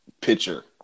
pitcher